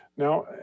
Now